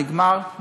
נגמר.